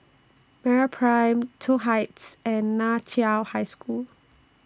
Meraprime Toh Heights and NAN Chiau High School